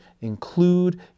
include